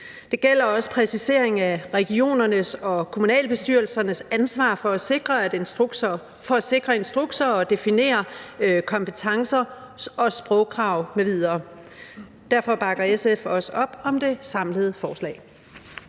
Det gælder også præciseringen af regionernes og kommunalbestyrelsernes ansvar for at sikre instrukser, definere kompetencer og sprogkrav m.v. Derfor bakker SF også op om det samlede forslag.